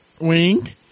Wink